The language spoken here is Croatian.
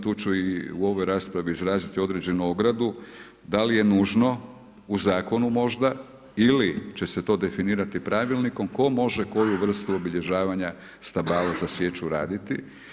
Tu ću i u ovoj raspravi izraziti određenu ogradu da li je nužno u zakonu možda ili će se to definirati pravilnikom tko može koju vrstu obilježavanja stabala za sječu raditi.